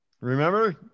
Remember